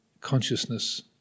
consciousness